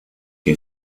que